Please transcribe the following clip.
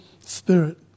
Spirit